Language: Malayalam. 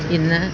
ഇന്ന്